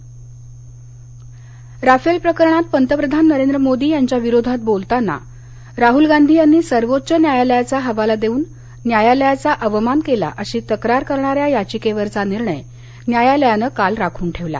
Rahul Gandhi Rafale प्रकरणात पंतप्रधान नरेंद्र मोदी यांच्या विरोधात बोलताना राहूल गांधी यांनी सर्वोच्च न्यायालयाचा हवाला देऊन न्यायालयाचा अवमान केला अशी तक्रार करणार्यां याचिकेवरचा निर्णय न्यायालयानं काल राखून ठेवला